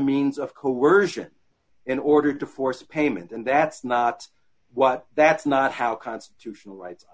means of coercion in order to force payment and that's not what that's not how constitutional rights